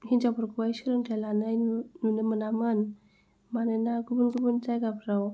हिनजावफोरखौहाय सोलोंथाइ लानाय नुनो मोनामोन मानोना गुबुन गुबुन जायगोफोराव